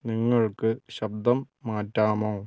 നിങ്ങൾക്ക് ശബ്ദം മാറ്റാമോ